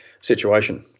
situation